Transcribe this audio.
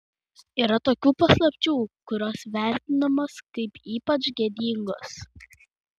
yra tokių paslapčių kurios vertinamos kaip ypač gėdingos